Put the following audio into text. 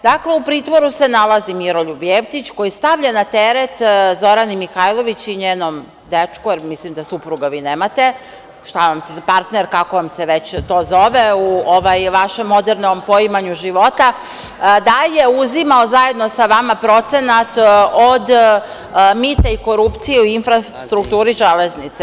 Dakle, u pritvoru se nalazi Miroljub Jeftić, koji stavlja na teret Zorani Mihajlović i njenom dečku, jer mislim da vi nemate supruga, partner, kako vam se to već zove u vašem modernom poimanju života, da je uzimao zajedno sa vama procenat od mita i korupcije u infrastrukturi železnice.